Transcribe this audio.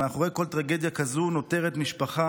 ומאחורי כל טרגדיה כזאת נותרת משפחה